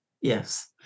yes